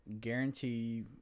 Guarantee